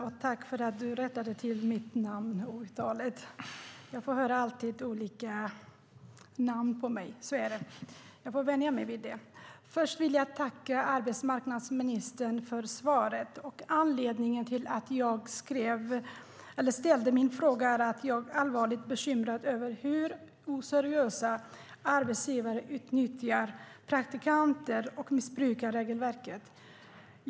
Herr talman! Först vill jag tacka arbetsmarknadsministern för svaret. Anledningen till att jag ställde min fråga är att jag är allvarligt bekymrad över hur oseriösa arbetsgivare utnyttjar praktikanter och missbrukar regelverket.